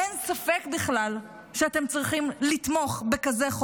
אין ספק בכלל שאתם צריכים לתמוך בחוק כזה.